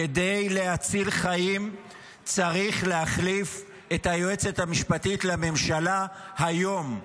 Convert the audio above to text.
כדי להציל חיים צריך להחליף את היועצת המשפטית לממשלה היום.